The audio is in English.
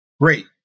Great